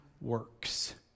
works